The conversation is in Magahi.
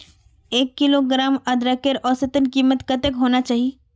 एक किलोग्राम अदरकेर औसतन कीमत कतेक होना चही?